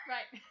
Right